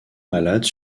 malades